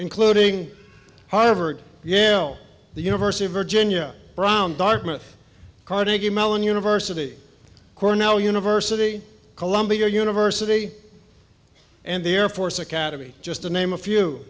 including harvard yale the university of virginia brown dartmouth carnegie mellon university cornell university columbia university and the air force academy just to name a few